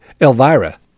Elvira